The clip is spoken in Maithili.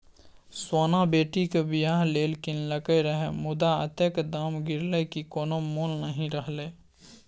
सोना बेटीक बियाह लेल कीनलकै रहय मुदा अतेक दाम गिरलै कि कोनो मोल नहि रहलै